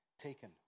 taken